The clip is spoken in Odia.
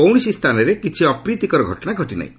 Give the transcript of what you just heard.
କୌଣସି ସ୍ଥାନରେ କିଛି ଅପ୍ରୀତିକର ଘଟଣା ଘଟିନାହିଁ